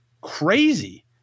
crazy